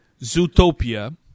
Zootopia